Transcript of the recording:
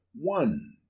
One